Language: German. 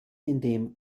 indem